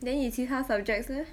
then 你其他 subjects leh